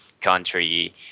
country